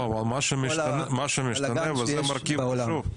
מה שמשתנה זה מרכיב חשוב.